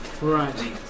Right